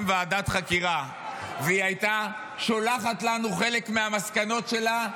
ועדת חקירה והיא הייתה שולחת לנו חלק מהמסקנות שלה,